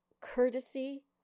courtesy